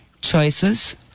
Choices